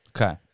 Okay